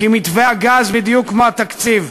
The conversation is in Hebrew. כי מתווה הגז, בדיוק כמו התקציב,